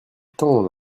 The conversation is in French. temps